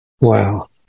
Wow